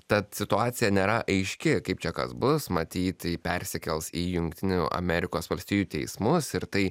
tad situacija nėra aiški kaip čia kas bus matyt ji persikels į jungtinių amerikos valstijų teismus ir tai